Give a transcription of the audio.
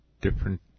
different